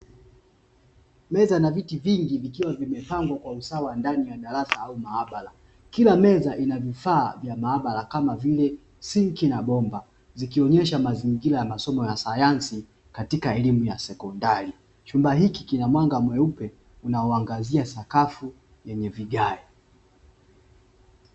Meza na viti vingi vikiwa vimepangwa kwa usawa ndani ya darasa au maabara, kila meza ina vifaa vya maabara kama sinki na bomba zikionyesha mazingira ya masomo ya sayansi katika elimu ya sekondari. Chumba hiki kina mwanga mweupe unaoangazia sakafu yenye vigae.